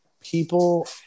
People